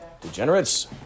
Degenerates